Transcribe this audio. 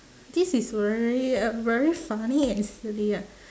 this is very um very funny and silly ah